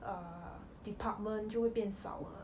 err department 就会变少了